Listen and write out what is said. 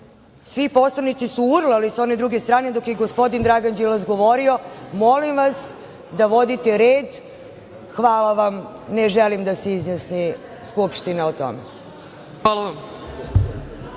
svi poslanici su urlali sa one druge strane dok je gospodin Dragan Đilas uredno govorio, molim vas da vodite red. Hvala vam. Ne želim da se izjasni Skupština o tome. **Ana